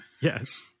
Yes